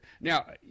Now